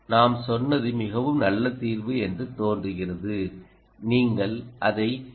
நான் சொன்னது மிகவும் நல்ல தீர்வு என்று தோன்றுகிறது நீங்கள் அதை உண்மையில் செய்ய முடியும்